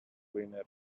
cleaner